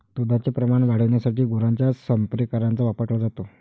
दुधाचे प्रमाण वाढविण्यासाठी गुरांच्या संप्रेरकांचा वापर केला जातो